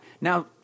Now